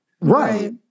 Right